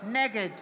נגד